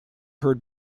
heard